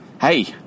hey